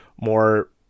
more